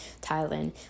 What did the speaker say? Thailand